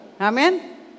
amen